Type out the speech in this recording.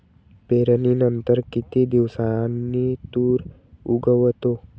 पेरणीनंतर किती दिवसांनी तूर उगवतो?